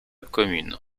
commune